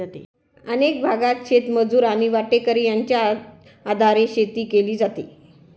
अनेक भागांत शेतमजूर आणि वाटेकरी यांच्या आधारे शेती केली जाते